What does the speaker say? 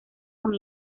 bacon